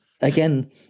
again